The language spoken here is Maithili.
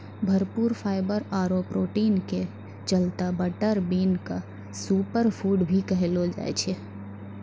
भरपूर फाइवर आरो प्रोटीन के चलतॅ बटर बीन क सूपर फूड भी कहलो जाय छै